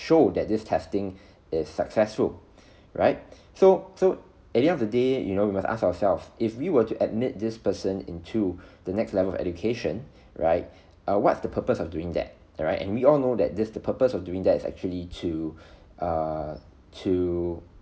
show that this testing is successful right so so at the end of the day you know we must ask ourselves if we were to admit this person into the next level of education right err what's the purpose of doing that right and we all know that this the purpose of doing that is actually to err to